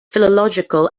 philological